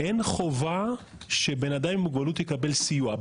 שאין חובה שבן אדם עם מוגבלות יקבל סיוע.